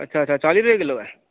अच्छा अच्छा चाली रपेऽ किल्लो ऐ